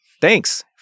thanks